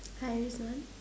hi Rizwan